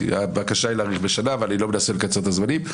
הבקשה היא להאריך בשנה ואני לא מנסה לקצר את הזמנים.